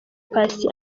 paccy